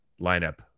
lineup